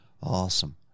Awesome